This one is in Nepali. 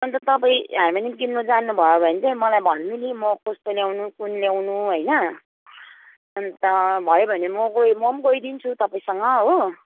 अन्त तपाईँ हार्मोनियम किन्नु जान्नु भयो भने चाहिँ मलाई भन्नु नि म कस्तो ल्याउनु कुन ल्याउनु होइन अन्त भयो भने म गई म पनि गइदिन्छु तपाईँसँग हो